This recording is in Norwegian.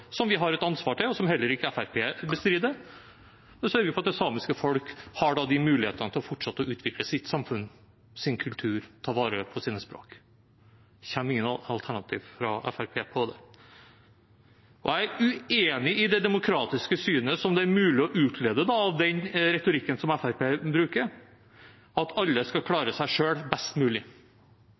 og som Fremskrittspartiet heller ikke bestrider – at det samiske folk har de mulighetene til å fortsette å utvikle sitt samfunn, sin kultur og ta vare på sine språk. Det kommer ingen alternativ fra Fremskrittspartiet på det. Jeg er uenig i det demokratiske synet det er mulig å utlede av den retorikken Fremskrittspartiet bruker, at alle skal klare seg selv best mulig.